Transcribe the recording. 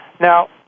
Now